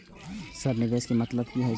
Sir निवेश के मतलब की हे छे?